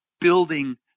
building